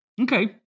Okay